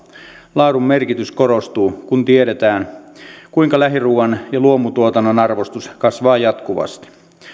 laadun merkitys korostuu kun tiedetään kuinka lähiruuan ja luomutuotannon arvostus kasvaa jatkuvasti